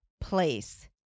place